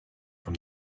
from